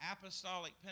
apostolic